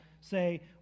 say